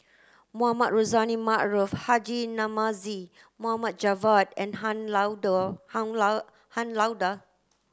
Mohamed Rozani Maarof Haji Namazie Mohd Javad and Han Lao Da Han Lao Han Lao Da